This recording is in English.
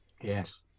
Yes